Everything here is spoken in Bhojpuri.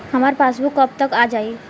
हमार पासबूक कब तक आ जाई?